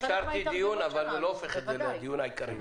אפשרתי דיון אבל זה לא הופך את זה לדיון העיקרי.